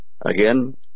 Again